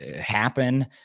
happen